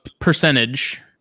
percentage